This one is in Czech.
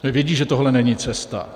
Vědí, že tohle není cesta.